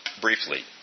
briefly